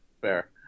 Fair